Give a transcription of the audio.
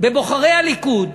בבוחרי הליכוד